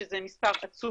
שזה מספר עצום,